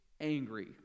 angry